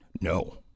No